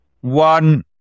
One